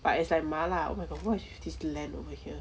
but it's like 麻辣 !wah! what is with this land over here